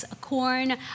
corn